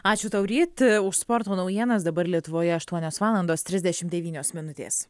ačiū tau ryti už sporto naujienas dabar lietuvoje aštuonios valandos trisdešimt devynios minutės